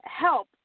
help